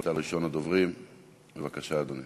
יאיר לפיד ועיסאווי